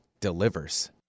delivers